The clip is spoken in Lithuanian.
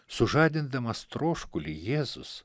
sužadindamas troškulį jėzus